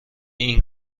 این